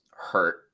hurt